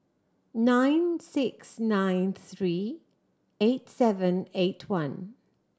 nine six nine three eight seven eight one